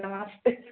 नमस्ते